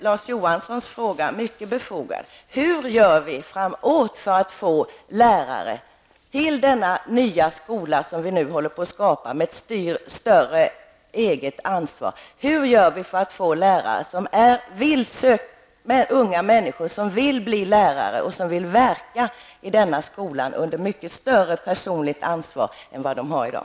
Larz Johanssons fråga är mycket befogad: Hur gör vi framöver för att få lärare till den nya skola med ett större eget ansvar som vi nu håller på att skapa? Hur gör vi för att få unga människor att bli lärare och verka i denna skola under mycket större personligt ansvar än vad lärarna har i dag?